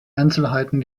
einzelheiten